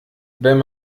wenn